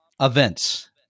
events